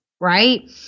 right